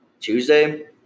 Tuesday